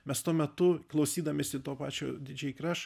mes tuo metu klausydamiesi to pačio dydžei kraš